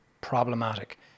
problematic